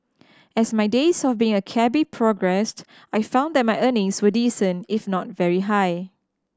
as my days of being a cabby progressed I found that my earnings were decent if not very high